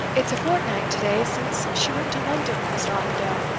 it's a fortnight to-day since she went to london with mr. armadale!